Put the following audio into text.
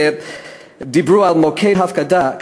ודיברו על מוקד הפקדה.